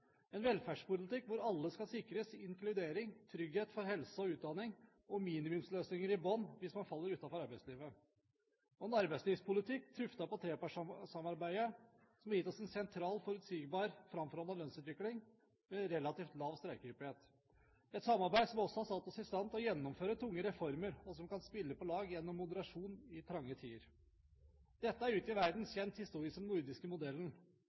en velferdspolitikk hvor alle skal sikres inkludering, trygghet for helse og utdanning og minimumsløsninger i bunnen hvis man faller utenfor arbeidslivet, og en arbeidslivspolitikk tuftet på trepartssamarbeidet, som har gitt oss en sentral, forutsigbar framforhandlet lønnsutvikling med relativt lav streikehyppighet – et samarbeid som også har satt oss i stand til å gjennomføre tunge reformer, og som kan spille på lag gjennom moderasjon i trange tider. Dette er ute i verden kjent historisk som den nordiske modellen.